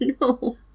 no